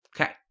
Okay